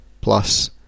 plus